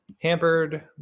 hampered